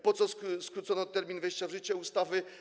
Po co skrócono termin wejścia w życie ustawy?